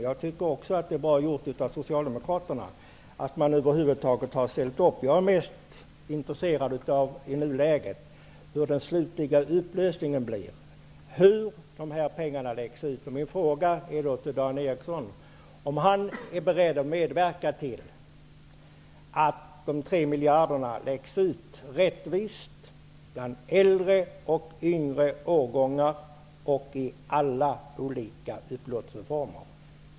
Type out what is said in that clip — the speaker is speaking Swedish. Jag tycker också att det är bra gjort av socialdemokraterna att man över huvud taget har ställt upp. För mig är nuläget det mest intressanta. Min fråga till Dan Eriksson är om han är beredd att medverka till att de 3 miljarderna läggs ut rättvist bland äldre och yngre årgångar och i alla olika upplåtelseformer.